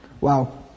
Wow